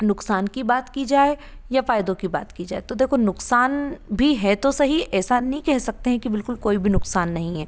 नुकसान की बात की जाए या फ़ायदों की बात की जाए तो देखो नुकसान भी है तो सही ऐसा नहीं कह सकते हैं की बिल्कुल कोई भी नुकसान नहीं है